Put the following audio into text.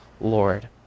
Lord